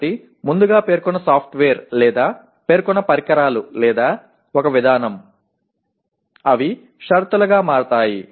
కాబట్టి ముందుగా పేర్కొన్న సాఫ్ట్వేర్ లేదా పేర్కొన్న పరికరాలు లేదా ఒక విధానం అవి షరతులుగా మారతాయి